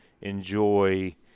enjoy